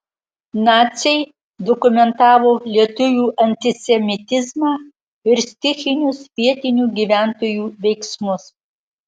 naciai dokumentavo lietuvių antisemitizmą ir stichinius vietinių gyventojų veiksmus